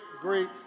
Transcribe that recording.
great